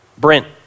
Brent